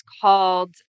called